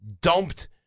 dumped